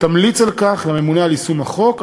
תמליץ על כך לממונה על יישום החוק,